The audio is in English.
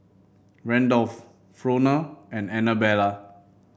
Randolf Frona and Anabella